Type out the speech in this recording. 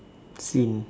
Sin